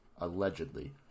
Allegedly